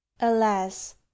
alas